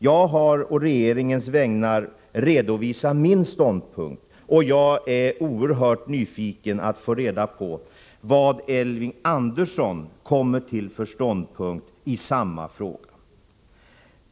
Jag har å regeringens vägnar redovisat min ståndpunkt, och jag är mycket nyfiken på att få veta vad Elving Andersson kommer till för slutsats i samma fråga.